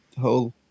whole